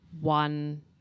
one